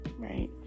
right